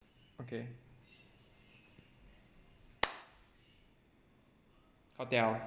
okay hotel